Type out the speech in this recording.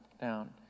down